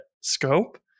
scope